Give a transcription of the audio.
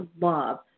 love